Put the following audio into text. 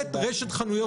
מנהלת רשת חנויות נוחות.